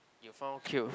you found cute